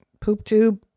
PoopTube